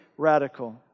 radical